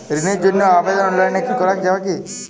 ঋণের জন্য আবেদন অনলাইনে করা যাবে কি?